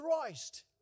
Christ